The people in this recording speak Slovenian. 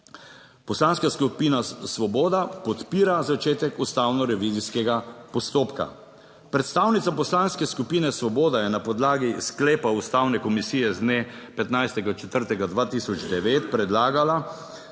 Poslanska skupina Svoboda podpira začetek ustavno revizijskega postopka. Predstavnica Poslanske skupine Svoboda je na podlagi sklepa Ustavne komisije z dne 15. 4. 2009 predlagala,